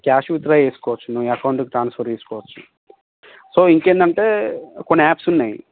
cash withdraw చేసుకోవచ్చు నీ అకౌంటికి ట్రాన్స్ఫర్ చేసుకోవచ్చు సో ఇంకా ఏంటంటే కొన్ని యాప్స్ ఉన్నాయి